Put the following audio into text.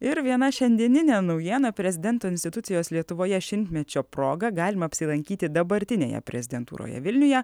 ir viena šiandieninė naujiena prezidento institucijos lietuvoje šimtmečio proga galima apsilankyti dabartinėje prezidentūroje vilniuje